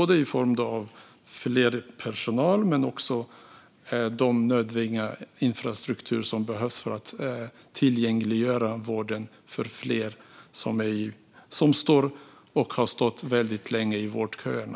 Det handlar både om mer personal och om den infrastruktur som behövs för att tillgängliggöra vården för fler som har stått väldigt länge i vårdköerna.